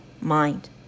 mind